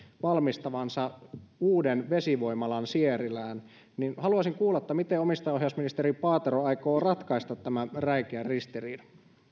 valmistavansa uuden vesivoimalan sierilään niin miten omistajaohjausministeri paatero aikoo ratkaista tämän räikeän ristiriidan